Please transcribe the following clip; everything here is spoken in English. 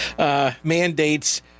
Mandates